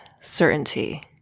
certainty